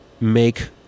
make